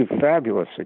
fabulous